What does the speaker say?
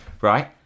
right